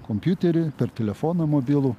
kompiuterį per telefoną mobilų